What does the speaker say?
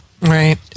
Right